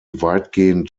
weitgehend